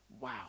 Wow